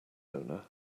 owner